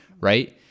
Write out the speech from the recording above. right